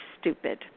stupid